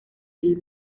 iyi